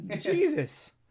Jesus